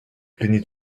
plaignez